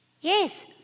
Yes